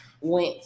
went